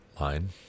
line